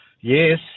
Yes